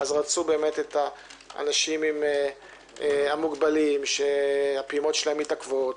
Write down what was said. אז רצו באמת את האנשים המוגבלים שהפעימות שלהם מתעכבות,